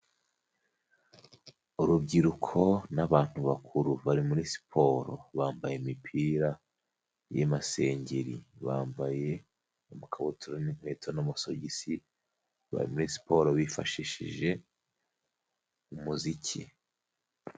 Urubyiruko n'abantu bakuru bari muri siporo bambaye imipira y'amasengeri, bambaye amakabutura n'inkweto n'amasogisi, bari muri siporo bifashishije umuziki.